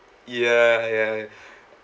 ya ya ya